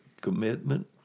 commitment